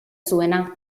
zuena